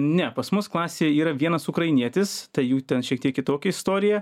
ne pas mus klasėj yra vienas ukrainietis tai jų ten šiek tiek kitokia istorija